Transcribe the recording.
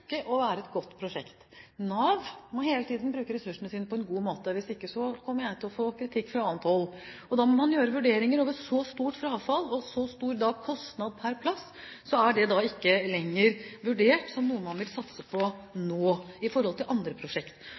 å være et godt prosjekt. Nav må hele tiden bruke ressursene sine på en god måte. Hvis ikke, kommer jeg til å få kritikk fra annet hold. Man har foretatt vurderinger med hensyn til det store frafallet og de store kostnadene per plass, og man har da kommet til at dette ikke er noe man vil satse på lenger, sammenliknet med andre prosjekter. Årsakene til